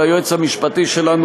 ליועץ המשפטי שלנו,